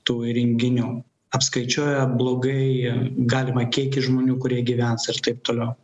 tų įrenginių apskaičiuoja blogai galimą kiekį žmonių kurie gyvens ir taip toliau